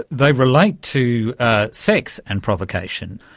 they relate to sex and provocation.